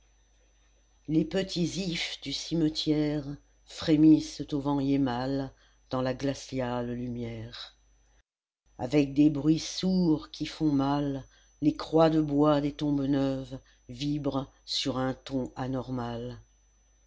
les petits ifs du cimetière frémissent au vent hiémal dans la glaciale lumière avec des bruits sourds qui font mal les croix de bois des tombes neuves vibrent sur un ton anormal